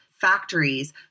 factories